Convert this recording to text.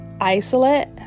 isolate